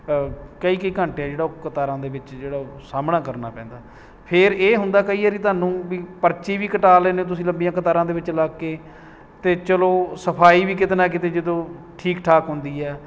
ਕਈ ਕਈ ਘੰਟੇ ਹੈ ਜਿਹੜਾ ਉਹ ਕਤਾਰਾਂ ਦੇ ਵਿੱਚ ਜਿਹੜਾ ਉਹ ਸਾਹਮਣਾ ਕਰਨਾ ਪੈਂਦਾ ਫਿਰ ਇਹ ਹੁੰਦਾ ਕਈ ਵਾਰ ਤੁਹਾਨੂੰ ਵਈ ਪਰਚੀ ਵੀ ਕਟਾ ਲੈਂਦੇ ਹੋ ਤੁਸੀਂ ਲੰਬੀਆਂ ਕਤਾਰਾਂ ਵਿੱਚ ਲੱਗ ਕੇ ਅਤੇ ਚੱਲੋ ਸਫ਼ਾਈ ਵੀ ਕਿੱਤੇ ਨਾ ਕਿੱਤੇ ਜਦੋਂ ਠੀਕ ਠਾਕ ਹੁੰਦੀ ਹੈ